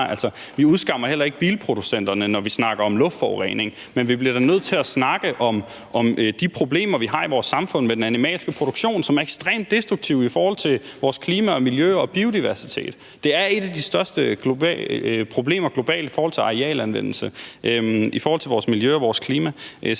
vi udskammer heller ikke bilproducenterne, når vi snakker om luftforurening, men vi bliver da nødt til at snakke om de problemer, vi har i vores samfund, med den animalske produktion, som er ekstremt destruktiv i forhold til vores klima og miljø og biodiversitet. Det er et af de største problemer globalt i forhold til arealanvendelse og i forhold til vores miljø og vores klima.